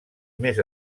més